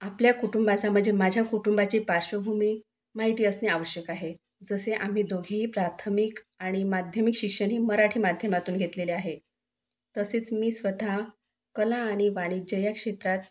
आपल्या कुटुंबाचा म्हणजे माझ्या कुटुंबाची पार्श्वभूमी माहिती असणे आवश्यक आहे जसे आम्ही दोघीही प्राथमिक आणि माध्यमिक शिक्षण हे मराठी माध्यमातून घेतलेले आहे तसेच मी स्वतः कला आणि वाणिज्य ह्या क्षेत्रात